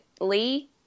Lee